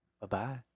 Bye-bye